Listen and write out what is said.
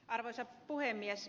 arvoisa puhemies